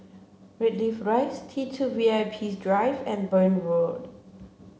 Greenleaf Rise T Two V I P Drive and Burn Road